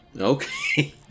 Okay